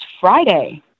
Friday